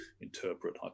interpret